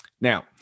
Now